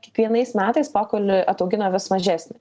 kiekvienais metais pokailį ataugina vis mažesnį